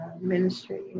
ministry